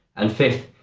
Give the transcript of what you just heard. and fifth,